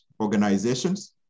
organizations